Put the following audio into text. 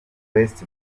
west